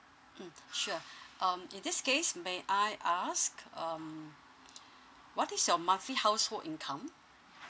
mm sure um in this case may I ask um what is your monthly household income